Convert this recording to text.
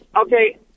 Okay